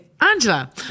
Angela